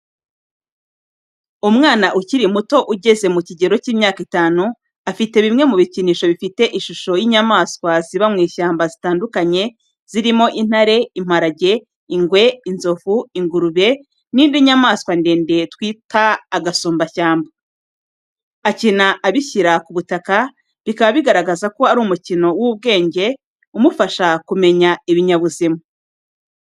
Umwana ukiri muto ugeze mu kigero cy’imyaka itanu, afite bimwe mu bikinisho bifite ishusho y’inyamaswa ziba mu ishyamba zitandukanye, zirimo intare, imparage, ingwe, inzovu, ingurube n’indi nyamanswa ndende twita gasumbashyamba. Akina abishyira ku butaka, bikaba bigaragaza ko ari mu mikino y’ubwenge imufasha mu kumenya ibinyabuzima.